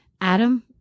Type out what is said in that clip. Adam